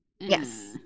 yes